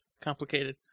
complicated